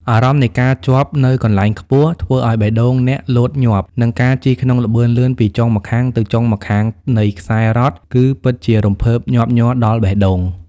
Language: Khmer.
អារម្មណ៍នៃការជាប់នៅកន្លែងខ្ពស់ ធ្វើឱ្យបេះដូងអ្នកលោតញាប់ និងការជិះក្នុងល្បឿនលឿនពីចុងម្ខាងទៅចុងម្ខាងនៃខ្សែរ៉កគឺពិតជារំភើបញាប់ញ័រដល់បេះដូង។